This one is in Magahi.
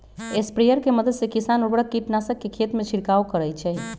स्प्रेयर के मदद से किसान उर्वरक, कीटनाशक के खेतमें छिड़काव करई छई